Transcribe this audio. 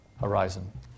horizon